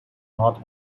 not